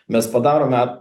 mes padarome